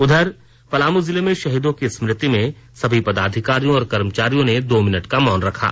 उधर पलामू जिले में शहीदों की स्मृति में सभी पदाधिकारियों और कर्मचारियों ने दो मिनट का मौन रखा